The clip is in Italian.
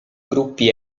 gruppi